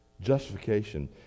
justification